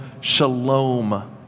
shalom